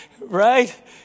right